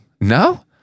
no